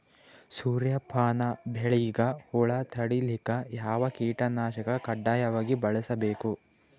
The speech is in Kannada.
ಸೂರ್ಯಪಾನ ಬೆಳಿಗ ಹುಳ ತಡಿಲಿಕ ಯಾವ ಕೀಟನಾಶಕ ಕಡ್ಡಾಯವಾಗಿ ಬಳಸಬೇಕು?